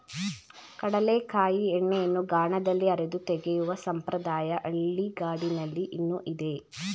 ಕಡಲೆಕಾಯಿ ಎಣ್ಣೆಯನ್ನು ಗಾಣದಲ್ಲಿ ಅರೆದು ತೆಗೆಯುವ ಸಂಪ್ರದಾಯ ಹಳ್ಳಿಗಾಡಿನಲ್ಲಿ ಇನ್ನೂ ಇದೆ